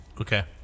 Okay